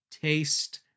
Taste